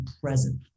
present